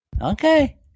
Okay